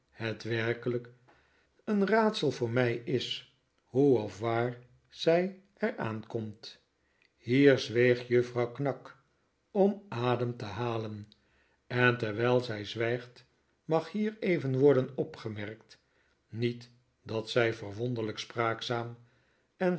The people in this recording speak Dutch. het werkelijk een raadsel voor mij is hoe of waar zij er aan komt hier zweeg juffrouw knag om adem te halen en terwijl zij zwijgt mag hier even worden opgemerkt niet dat zij verwonderlijk spraakzaam en